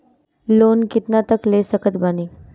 Loan कितना तक ले सकत बानी?